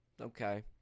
Okay